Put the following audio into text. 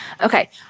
okay